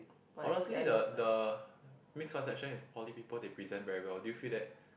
honestly the the misconception is poly people they present very well do you feel that